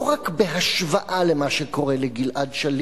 לא רק בהשוואה למה שקורה לגלעד שליט,